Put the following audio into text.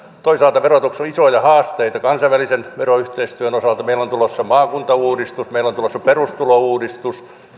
toisaalta verotuksessa on isoja haasteita kansainvälisen veroyhteistyön osalta meillä on tulossa maakuntauudistus meillä on tulossa perustulouudistus